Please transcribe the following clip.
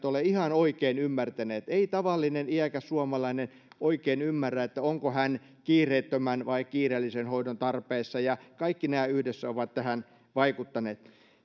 ole ihan oikein ymmärtäneet ei tavallinen iäkäs suomalainen oikein ymmärrä onko hän kiireettömän vai kiireellisen hoidon tarpeessa ja kaikki nämä yhdessä ovat tähän vaikuttaneet